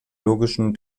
logischen